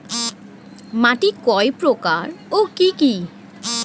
মাটি কয় প্রকার ও কি কি?